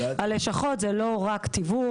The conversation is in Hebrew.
הלשכות זה לא רק תיווך,